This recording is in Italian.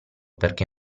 perché